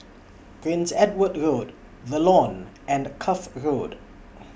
Prince Edward Road The Lawn and Cuff Road